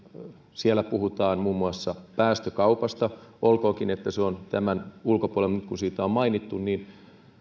siellä puhutaan muun muassa päästökaupasta olkoonkin että se on tämän ulkopuolella mutta nyt kun siitä on mainittu niin sanon tämän ja